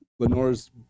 Lenore's